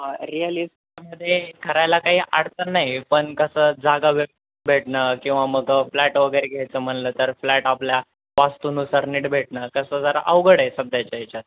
real इस्टेटमध्ये करायला काही अडचण नाही पण कसं जागा भे भेटणं किंवा म तं फ्लॅट वगैरे घ्यायचं म्हनलं तर फ्लॅट आपल्या वास्तु नुसार नीट भेटणं कसं जरा अवघड आहे सध्याच्या ह्याच्यात